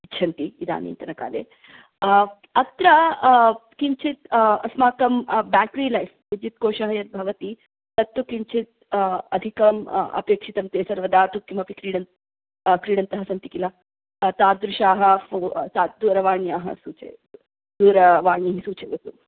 इच्छन्ति इदानीन्तनकाले अत्र किञ्चित् अस्माकं बेट्री लैफ़् विद्युत्कोषः यद्भवति तत्तु किञ्चित् अधिकम् अपेक्षितं ते सर्वदा तु किमपि क्रीडन्तः सन्ति किल तादृशाः दूरवाण्याः सूचयतु दूरवाणीः सूचयतु